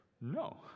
No